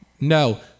No